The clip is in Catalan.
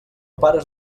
pares